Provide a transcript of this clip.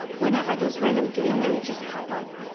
whenever those random game images pop up,